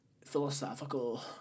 philosophical